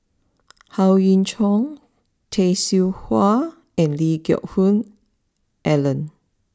Howe Yoon Chong Tay Seow Huah and Lee Geck Hoon Ellen